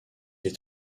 est